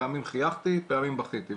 פעמים חייכתי ופעמים בכיתי,